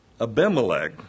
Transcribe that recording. Abimelech